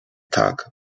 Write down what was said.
tak